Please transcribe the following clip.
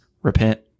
repent